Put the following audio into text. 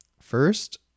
First